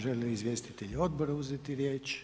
Žele li izvjestitelji odbora uzeti riječ?